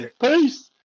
Peace